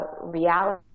reality